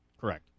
Correct